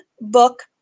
book